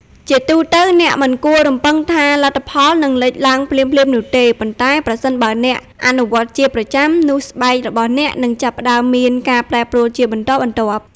ជាទូទៅ អ្នកមិនគួររំពឹងថាលទ្ធផលនឹងលេចឡើងភ្លាមៗនោះទេ ប៉ុន្តែប្រសិនបើអ្នកអនុវត្តជាប្រចាំ នោះស្បែករបស់អ្នកនឹងចាប់ផ្តើមមានការប្រែប្រួលជាបន្តបន្ទាប់។